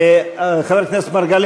מנואל טרכטנברג,